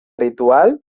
ritual